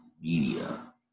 media